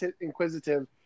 inquisitive